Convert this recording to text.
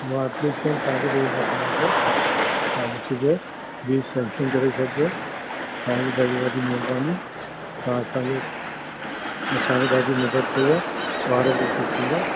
मां एप्लीकेशन तव्हांखे ॾई मोकलियां थो तव्हां ॾिसजो लीव सेंशन करे छॾिजो तव्हांजी ॾाढी वॾी महिरबानी तव्हां असांजो असांखे ॾाढी मदद कयी आहे ॿार बि ख़ुशि थींदा